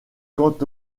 quant